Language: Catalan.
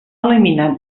eliminat